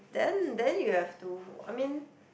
then then you have to I mean